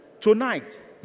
tonight